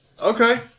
Okay